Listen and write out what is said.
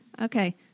Okay